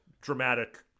dramatic